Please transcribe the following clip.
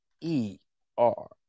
E-R